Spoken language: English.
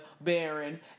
baron